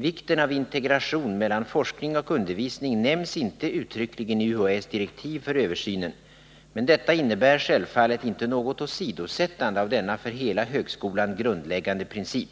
Vikten av integration mellan forskning och undervisning nämns inte uttryckligen i UHÄ:s direktiv för översynen, men detta innebär självfallet inte något åsidosättande av denna för hela högskolan grundläggande princip.